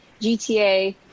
GTA